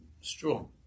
strong